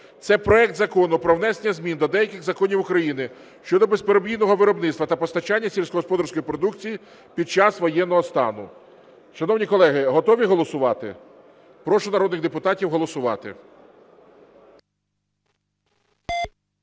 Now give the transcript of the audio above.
Це проект Закону про внесення змін до деяких законів України щодо безперебійного виробництва та постачання сільськогосподарської продукції під час воєнного стану. Шановні колеги, готові голосувати? Прошу народних депутатів голосувати.